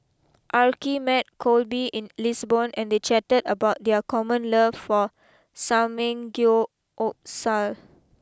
Arkie met Kolby in Lisbon and they chatted about their common love for Samgyeopsal